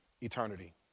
eternity